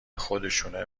خودشونه